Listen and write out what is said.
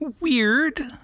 weird